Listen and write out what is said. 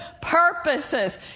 purposes